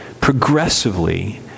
progressively